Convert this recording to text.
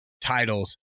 titles